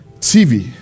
TV